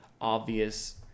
obvious